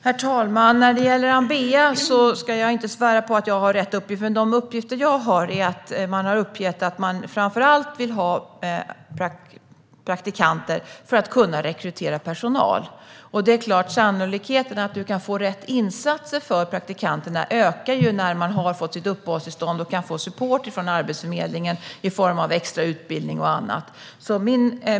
Herr talman! När det gäller Ambea ska jag inte svära på att jag har rätt uppgifter. De uppgifter jag har är att man har uppgett att man vill ha praktikanter för att framför allt kunna rekrytera personal. Det är klart att sannolikheten att få rätt insatser för praktikanterna ökar när dessa har fått sitt uppehållstillstånd och kan få support från Arbetsförmedlingen i form av extra utbildning och annat.